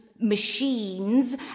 machines